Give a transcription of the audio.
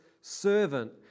servant